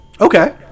Okay